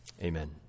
amen